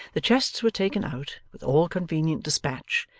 the chests were taken out with all convenient despatch,